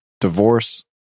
Divorce